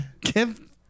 give